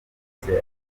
wenyine